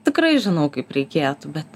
tikrai žinau kaip reikėtų bet